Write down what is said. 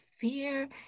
fear